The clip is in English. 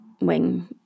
wing